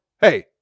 Hey